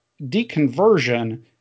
deconversion